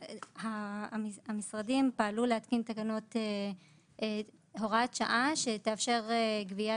המשרדים פעלו להתקין הוראת שעה שתאפשר גבייה